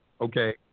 Okay